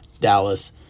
Dallas